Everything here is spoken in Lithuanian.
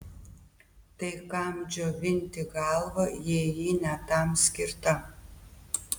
tai kam džiovinti galvą jei ji ne tam skirta